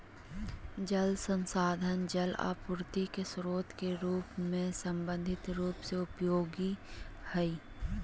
जल संसाधन जल आपूर्ति के स्रोत के रूप में संभावित रूप से उपयोगी हइ